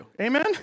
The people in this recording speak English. Amen